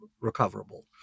recoverable